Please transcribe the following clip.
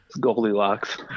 goldilocks